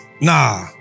Nah